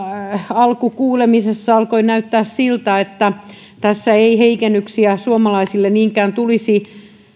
alkukuulemisessa alkoi näyttää siltä että tässä ei heikennyksiä suomalaisille niinkään tulisi